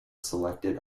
selected